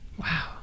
wow